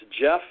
Jeff